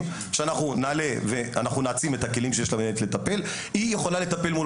והיום אנחנו נעניק שתי תעודות לשני